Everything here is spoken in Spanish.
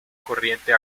corriente